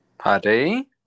Paddy